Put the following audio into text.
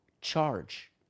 charge